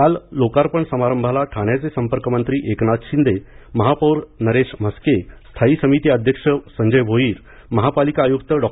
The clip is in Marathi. काल लोकार्पण समारंभाला ठाण्याचे संपर्कमंत्री एकनाथ शिंदे महापौर नरेश म्हस्के स्थायी समिती अध्यक्ष संजय भोईर महापालिका आयुक्त डॉ